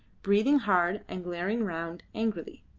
breathing hard and glaring round angrily.